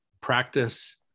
practice